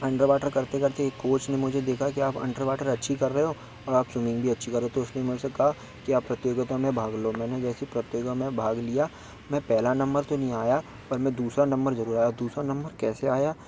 underwater करते करते एक कोच ने मुझे देखा कि आप अंडरवाटर अच्छी कर रहे हो और आप स्विमिंग भी अच्छी कर रहे हो तो उसने मुझसे से कहा कि आप प्रतियोगिता में भाग लो मैने जैसी प्रतियोगिता में भाग लिया मैं पहला नंबर तो नहीं आया पर मैं दूसरा नंबर जरूर आया दूसरा नंबर कैसे आया